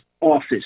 office